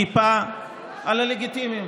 טיפה על הלגיטימיות.